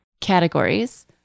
categories